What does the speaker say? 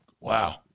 wow